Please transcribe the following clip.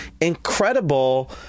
incredible